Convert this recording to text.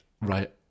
right